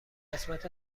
قسمت